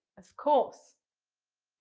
of course.